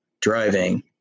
driving